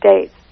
States